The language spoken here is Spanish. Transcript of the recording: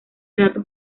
datos